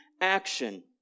action